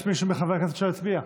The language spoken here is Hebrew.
מחברי הכנסת שלא הצביע?